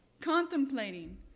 contemplating